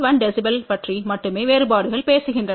1 dB பற்றி மட்டுமே வேறுபாடுகள் பேசுகின்றன